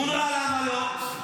אונר"א, למה לא?